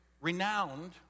renowned